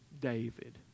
David